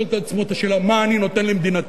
לשאול את עצמו את השאלה: מה אני נותן למדינתי,